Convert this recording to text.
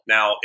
Now